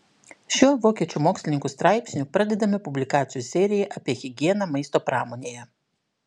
šiuo vokiečių mokslininkų straipsniu pradedame publikacijų seriją apie higieną maisto pramonėje